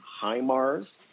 HIMARS